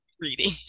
reading